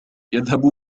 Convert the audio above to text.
يذهب